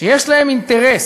שיש להם אינטרס,